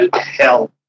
Hell